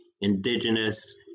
Indigenous